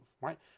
right